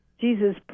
Jesus